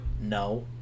No